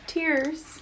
Tears